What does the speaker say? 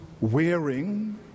wearing